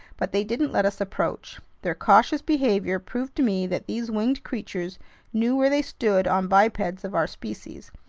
but they didn't let us approach. their cautious behavior proved to me that these winged creatures knew where they stood on bipeds of our species,